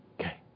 Okay